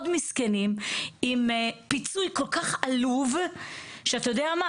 מאוד מסכנים, עם פיצוי כל כך עלוב שאתה יודע מה?